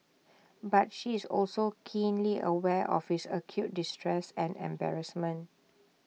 but she is also keenly aware of his acute distress and embarrassment